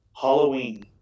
halloween